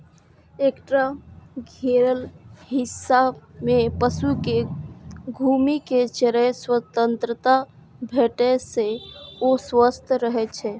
एकटा घेरल हिस्सा मे पशु कें घूमि कें चरै के स्वतंत्रता भेटै से ओ स्वस्थ रहै छै